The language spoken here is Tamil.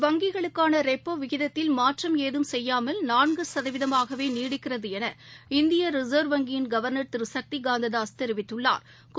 வங்கிகளுக்கானரெப்போவிகிதத்தில் மாற்றம் ஏதும் செய்யாமல் நான்குசதவீதமாகவேநீடிக்கிறதுஎன இந்தியரிசா்வ் வங்கிகவா்னா் திருசக்திகாந்ததாஸ் தெரிவித்துள்ளாா்